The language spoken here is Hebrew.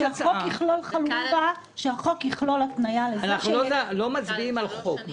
אז שהחוק יכלול התניה לזה --- אנחנו לא מצביעים על חוק,